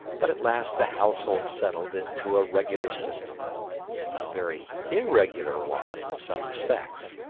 but at last the household settled into a regular system a very irregular one in some respects.